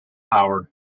howard